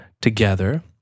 together